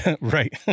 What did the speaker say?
Right